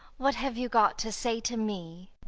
what have you got to say to me?